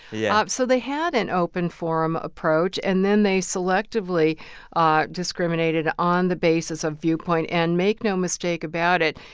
yeah so they had an open-forum approach, and then they selectively ah discriminated on the basis of viewpoint. and make no mistake about it,